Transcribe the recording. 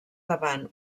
davant